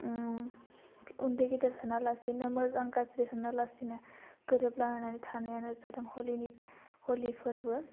उम उन्दै गेदेर सानालासिनो मोजां गाज्रि सानालासिनो गोरोबलायनानै थानायानो जादों हलिनि हलि फोरबो